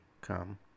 come